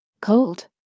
Cold